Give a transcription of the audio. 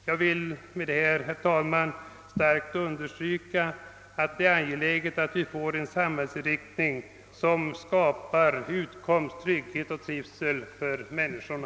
Jag vill med detta, herr talman, starkt understryka att det är angeläget att vi får en samhällsinriktning som skapar utkomst, trygghet och trivsel för människorna.